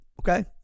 Okay